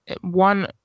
one